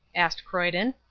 asked croyden.